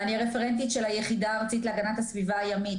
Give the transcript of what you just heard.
ואני הרפרנטית של היחידה הארצית להגנת הסביבה הימית,